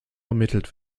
ermittelt